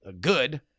good